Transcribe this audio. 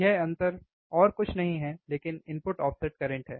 यह अंतर और कुछ नहीं है लेकिन इनपुट ऑफसेट करंट है